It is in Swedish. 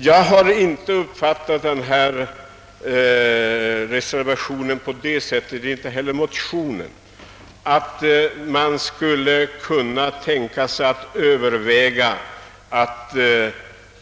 Herr talman! Den historiska bakgrund som herr Cassel tecknade var ju drottning Kristina. Punkt och slut. Jag har inte uppfattat motionen och reservationen så, att man har tänkt sig att